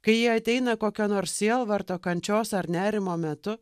kai ji ateina kokio nors sielvarto kančios ar nerimo metu